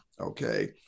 okay